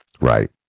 right